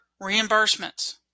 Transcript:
reimbursements